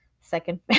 second